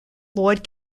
lord